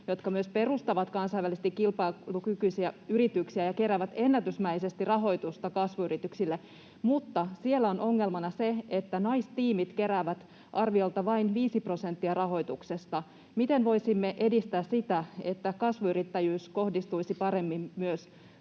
jotka myös perustavat kansainvälisesti kilpailukykyisiä yrityksiä ja keräävät ennätysmäisesti rahoitusta kasvuyrityksille. Mutta siellä on ongelmana se, että naistiimit keräävät arviolta vain 5 prosenttia rahoituksesta. Miten voisimme edistää sitä, että kasvuyrittäjyys onnistuisi riippumatta